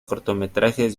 cortometrajes